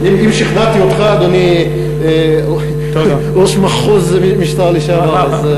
אם שכנעתי אותך, אדוני ראש מחוז משטרה לשעבר, אז,